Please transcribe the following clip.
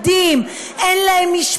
הן לא זוכות לנכדים,